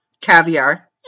caviar